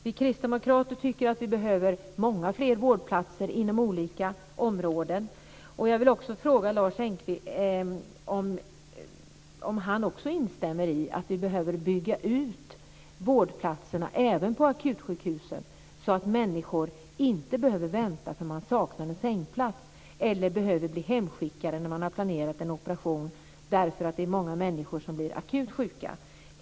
Vi kristdemokrater tycker att det behövs många fler vårdplatser inom olika områden. Instämmer Lars Engqvist i att vårdplatserna behöver byggas ut även på akutsjukhusen, att människor inte ska behöva vänta för att det saknas en sängplats eller ska behöva bli hemskickade vid en planerad operation därför att många människor har blivit akut sjuka?